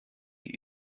die